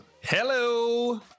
Hello